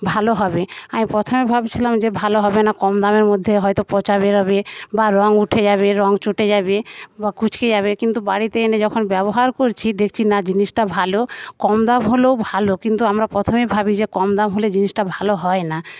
ভালো হবে আমি প্রথমে ভাবছিলাম যে ভালো হবে না কম দামের মধ্যে হয়তো পচা বেরোবে বা রঙ উঠে যাবে রঙ চটে যাবে বা কুচকে যাবে কিন্তু বাড়িতে এনে যখন ব্যবহার করছি দেখছি না জিনিসটা ভালো কম দাম হলেও ভালো কিন্তু আমরা প্রথমেই ভাবি যে কম দাম হলে জিনিসটা ভালো হয় না